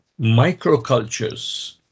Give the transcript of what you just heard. microcultures